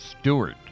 Stewart